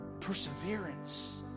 Perseverance